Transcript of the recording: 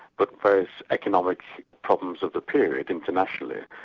but various economic problems of the period internationally,